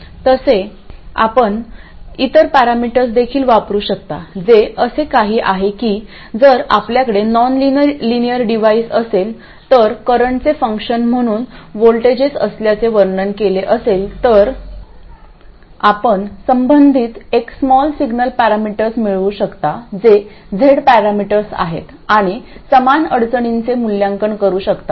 तसे आपण इतर पॅरामीटर्स देखील वापरू शकता जे असे आहे की जर आपल्याकडे नॉनलिनियर डिव्हाइस असेल तर करंटचे फंक्शन म्हणून व्होल्टेजेस असल्याचे वर्णन केले असेल तर आपण संबंधित एक स्मॉल सिग्नल पॅरामीटर्स मिळवू शकता जे z पॅरामीटर्स आहेत आणि समान अडचणींचे मूल्यांकन करू शकतात